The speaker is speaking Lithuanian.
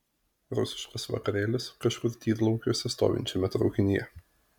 rusiškas vakarėlis kažkur tyrlaukiuose stovinčiame traukinyje